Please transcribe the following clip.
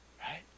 right